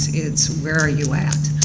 it's where you at?